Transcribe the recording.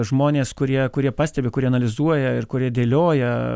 žmonės kurie kurie pastebi kurie analizuoja ir kurie dėlioja